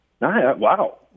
Wow